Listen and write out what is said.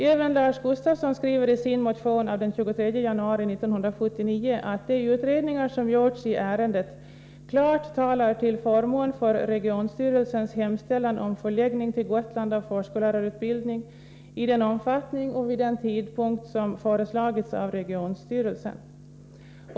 Även Lars Gustafsson skriver i sin motion av den 23 januari 1979 att de utredningar som gjorts i ärendet klart talar till förmån för regionstyrelsens hemställan om förläggning till Gotland av förskollärarutbildning i den omfattning och vid den tidpunkt som föreslagits av regionstyrelsen.